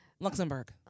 Luxembourg